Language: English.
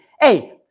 Hey